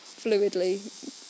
fluidly